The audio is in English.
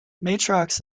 matrox